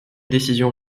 décision